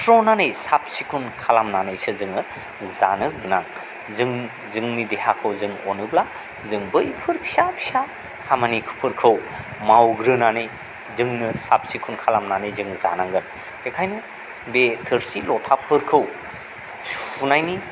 सुस्र'नानै साब सिखन खालामनानैसो जोङो जानो गोनां जों जोंनि देहाखौ जों अनोब्ला जों बैफोर फिसा फिसा खामानिफोरखौ मावग्रोनानै जोंनो साब सिखोन खालामनानै जों जानांगोन बेखायनो बे थोरसि लथाफोरखौ सुनायनि